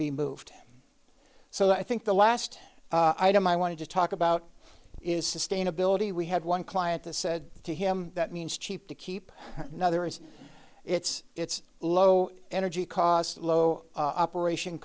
be moved so i think the last item i wanted to talk about is sustainability we had one client that said to him that means cheap to keep another it's it's it's low energy cost low operation